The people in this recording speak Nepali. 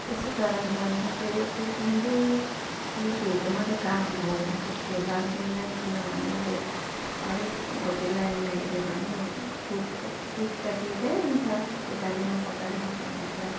त्यसै कारणले अब म चाहिँ यो कुकिङ चाहिँ केटीहरूको मात्रै काम हो जस्तो लाग्दैन किनभने अब हरेक होटल लाइनमा हेऱ्यो भने कुक त कुक त केटै हुन्छ केटाले नै पकाइराखेको हुन्छ